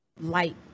light